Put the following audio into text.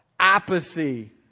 apathy